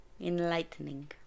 enlightening